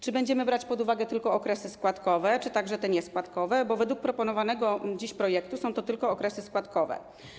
Czy będziemy brać pod uwagę tylko okresy składkowe, czy także te nieskładkowe, bo według proponowanego dziś projektu są to tylko okresy składkowe.